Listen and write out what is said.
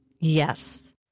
yes